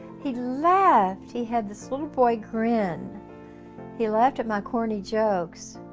he laughed he had this little boy grin he laughed at my corny jokes